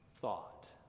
thought